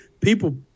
People